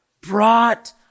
brought